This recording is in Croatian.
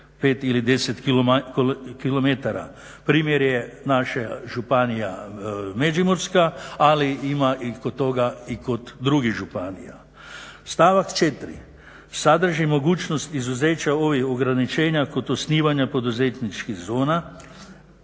5 ili 10km. Primjer je naša županija Međimurska ali ima toga i kod drugih županija. Stavak 4.sadrži mogućnost izuzeća ovih ograničenja kod osnivanja poduzetničkih zona